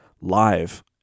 live